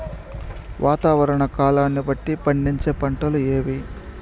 వాతావరణ కాలాన్ని బట్టి పండించే పంటలు ఏవి?